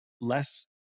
less